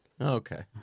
Okay